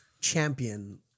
champion